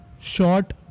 short